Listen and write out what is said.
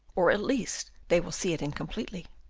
or at least they will see it incompletely.